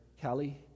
Kelly